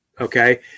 Okay